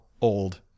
old